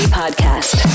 podcast